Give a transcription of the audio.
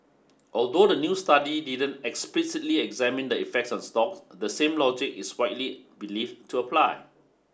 although the new study didn't explicitly examine the effect on stocks the same logic is widely believed to apply